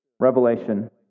Revelation